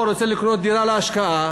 או רוצה לקנות דירה להשקעה,